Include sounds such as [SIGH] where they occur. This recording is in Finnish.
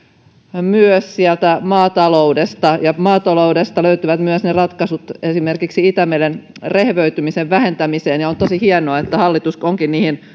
myös sieltä maataloudesta ja maataloudesta löytyvät myös ne ratkaisut esimerkiksi itämeren rehevöitymisen vähentämiseen ja on tosi hienoa että hallitus onkin niihin [UNINTELLIGIBLE]